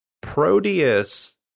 proteus